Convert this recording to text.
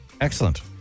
Excellent